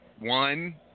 One